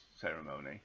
ceremony